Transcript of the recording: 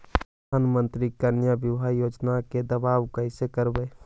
प्रधानमंत्री कन्या बिबाह योजना के दाबा कैसे करबै?